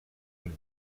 del